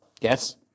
Yes